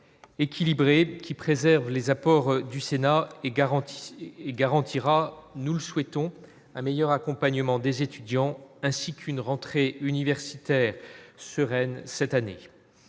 équilibré qui préserve les apports du Sénat est garanti garantira nous souhaitons un meilleur accompagnement des étudiants ainsi qu'une rentrée universitaire sereine cette année